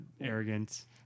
arrogance